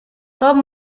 tom